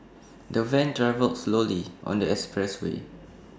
the van travelled slowly on the expressway